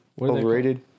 Overrated